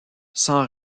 sans